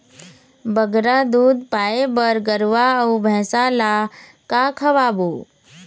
बगरा दूध पाए बर गरवा अऊ भैंसा ला का खवाबो?